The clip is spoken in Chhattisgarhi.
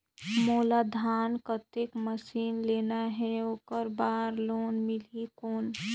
मोला धान कतेक मशीन लेना हे ओकर बार लोन मिलही कौन?